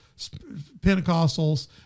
Pentecostals